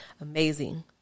amazing